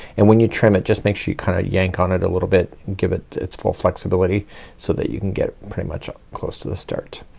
and when you trim it just make sure you kinda yank on it a little bit and give it its full flexibility so that you can get pretty much close to the start.